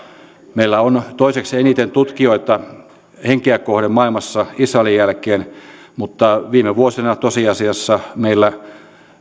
meillä on toiseksi eniten tutkijoita henkeä kohden maailmassa israelin jälkeen mutta viime vuosina tosiasiassa meillä